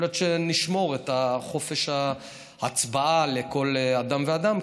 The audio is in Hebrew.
יכול להיות שנשמור את חופש ההצבעה לכל אדם ואדם,